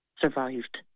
survived